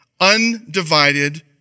undivided